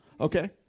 Okay